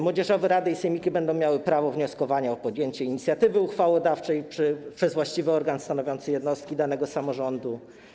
Młodzieżowe rady i sejmiki będą miały prawo wnioskowania o podjęcie inicjatywy uchwałodawczej przez właściwy organ stanowiący jednostki danego samorządu.